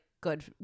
good